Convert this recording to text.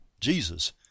Jesus